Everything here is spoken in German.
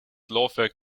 laufwerk